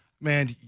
man